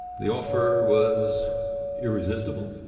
the offer was irresistible.